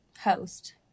host